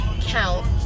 count